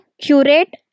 curate